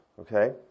okay